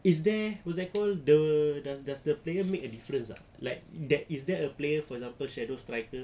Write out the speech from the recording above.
is there what's that called the does does the player make a difference ah like there is there a player for example shadow striker